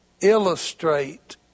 Illustrate